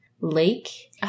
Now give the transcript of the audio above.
lake